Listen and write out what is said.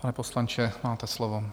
Pane poslanče, máte slovo.